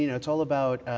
you know it's all about